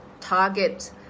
target